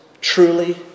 truly